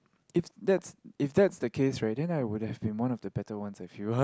if that if that the case right I wouldn't have a better one with you all